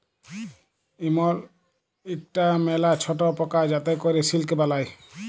ইমল ইকটা ম্যালা ছট পকা যাতে ক্যরে সিল্ক বালাই